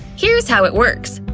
here's how it works.